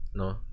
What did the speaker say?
no